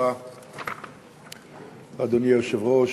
אדוני היושב-ראש,